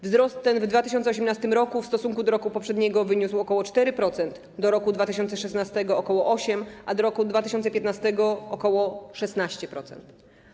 Wzrost ten w 2018 r. w stosunku do roku poprzedniego wyniósł ok. 4%, do roku 2016 - ok. 8%, a do roku 2015 - ok. 16%.